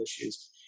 issues